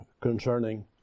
concerning